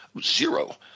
Zero